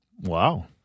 Wow